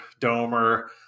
Domer